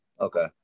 Okay